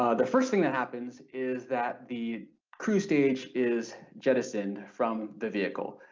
um the first thing that happens is that the crew stage is jettisoned from the vehicle,